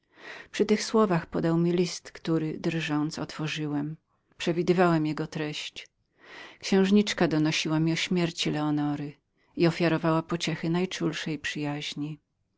przy tych słowach podał mi list który drżąc otworzyłem przewidywałem treść księżniczka donosiła mi o śmierci leonory i ofiarowała pociechy najczulszej przyjaźni